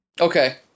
okay